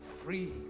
free